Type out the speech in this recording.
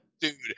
Dude